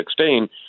2016